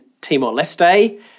Timor-Leste